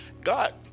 God